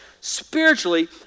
spiritually